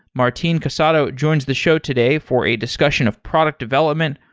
martin casado joins the show today for a discussion of product development,